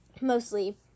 Mostly